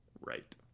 right